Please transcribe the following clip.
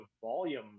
volume